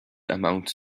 amount